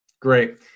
Great